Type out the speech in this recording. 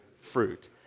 fruit